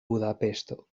budapeŝto